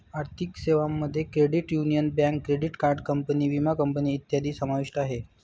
आर्थिक सेवांमध्ये credit union, bank, credit card company, विमा कंपनी इत्यादी समाविष्ट आहे